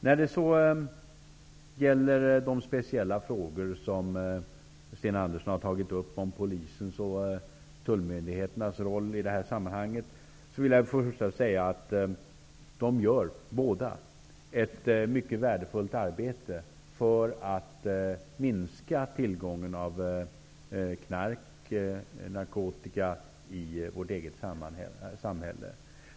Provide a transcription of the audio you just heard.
När det gäller de speciella frågor som Sten Andersson har tagit upp om polisens och tullmyndigheternas roll i det här sammanhanget vill jag först säga att båda gör ett mycket värdefullt arbete för att minska tillgången till narkotika i vårt samhälle.